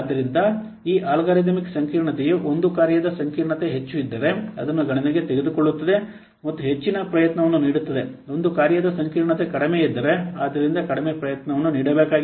ಆದ್ದರಿಂದ ಈ ಅಲ್ಗಾರಿದಮ್ ಸಂಕೀರ್ಣತೆಯು ಒಂದು ಕಾರ್ಯದ ಸಂಕೀರ್ಣತೆ ಹೆಚ್ಚು ಇದ್ದರೆ ಅದನ್ನು ಗಣನೆಗೆ ತೆಗೆದುಕೊಳ್ಳುತ್ತದೆ ಮತ್ತು ಹೆಚ್ಚಿನ ಪ್ರಯತ್ನವನ್ನು ನೀಡುತ್ತದೆ ಒಂದು ಕಾರ್ಯದ ಸಂಕೀರ್ಣತೆ ಕಡಿಮೆಯಿದ್ದರೆ ಆದ್ದರಿಂದ ಕಡಿಮೆ ಪ್ರಯತ್ನವನ್ನು ನೀಡಬೇಕಾಗಿದೆ